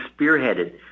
spearheaded